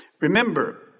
Remember